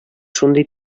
шундый